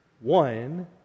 one